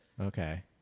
Okay